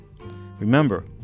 Remember